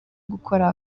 gukora